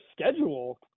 schedule